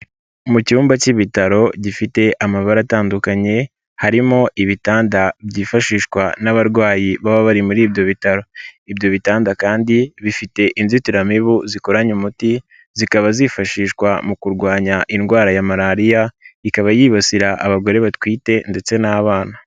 Mu cyumba cy'ibitaro, gifite amabara atandukanye, harimo ibitanda byifashishwa n'abarwayi baba bari muri ibyo bitaro, ibyo bitanda kandi bifite inzitiramibu zikoranye umuti, zikaba zifashishwa mu kurwanya indwara ya Malariya, ikaba yibasira abagore batwite ndetse n'abana.